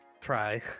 try